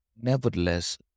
Nevertheless